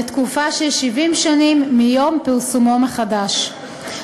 לתקופה של 70 שנים מיום פרסומו מחדש,